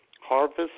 Harvest